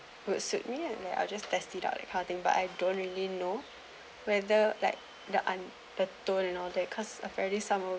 would suit me and then I'll just test it out that kind of thing but I don't really know whether like the un~ the tone and all that cause apparently some of